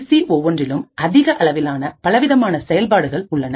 C ஒவ்வொன்றிலும் அதிக அளவிலான பலவிதமான செயல்பாடுகள் உள்ளன